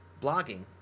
blogging